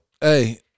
Hey